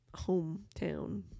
hometown